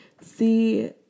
See